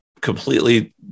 completely